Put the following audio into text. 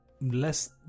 less